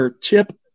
Chip